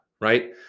right